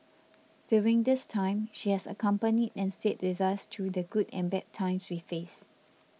during this time she has accompanied and stayed with us through the good and bad times we faced